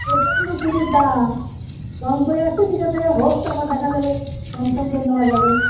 প্রচন্ড ফুলের দাম কম করে হচ্ছে ঠিক আছে হোক তাপর দেখা যাবে কমসম করে নেওয়া যাবে